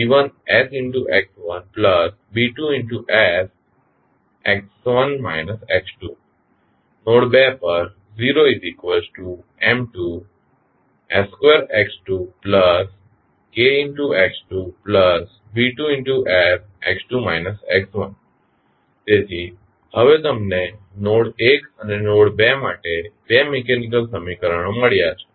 તેથી નોડ 1 પર નોડ 2 પર તેથી હવે તમને નોડ 1 અને નોડ 2 માટે 2 મિકેનીકલ સમીકરણો મળ્યાં છે